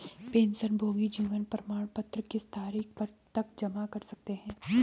पेंशनभोगी जीवन प्रमाण पत्र किस तारीख तक जमा कर सकते हैं?